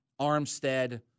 Armstead